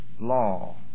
law